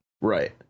Right